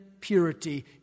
purity